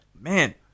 Man